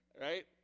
right